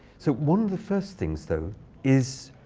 so one of the first things though is,